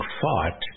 fought